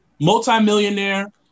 multimillionaire